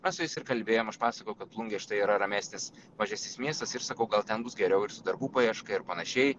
mes su jais ir kalbėjom aš pasakojau kad plungė štai yra ramesnis mažesnis miestas ir sakau gal ten bus geriau ir su darbų paieška ir panašiai